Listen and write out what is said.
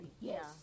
yes